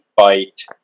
fight